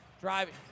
driving